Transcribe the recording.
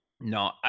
No